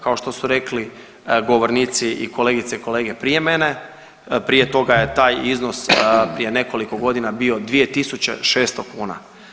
Kao što su rekli govornici i kolegice i kolege prije mene prije toga je taj iznos, prije nekoliko godina bio 2.600 kuna.